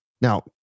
Now